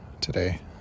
today